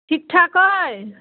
ठिक ठाक अइ